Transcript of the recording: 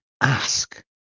ask